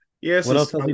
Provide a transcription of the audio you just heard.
yes